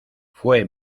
fue